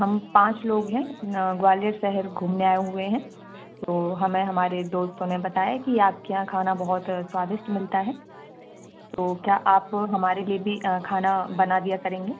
हम पाँच लोग हैं ग्वालियर शहर घूमने आए हुए हैं तो हमें हमारे दोस्तों ने बताया कि आपके यहाँ खाना बहुत स्वादिष्ट मिलता है तो क्या आप हमारे लिए भी खाना बना दिया करेंगी